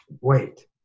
Wait